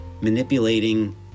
manipulating